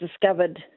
discovered